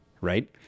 right